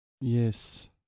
yes